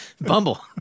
Bumble